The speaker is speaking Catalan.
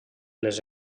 les